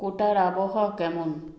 কোটার আবহাওয়া কেমন